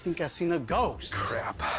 think i seen a ghost. crap.